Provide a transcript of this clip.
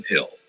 Hill